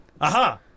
Aha